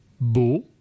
beau